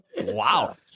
Wow